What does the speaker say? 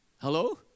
Hello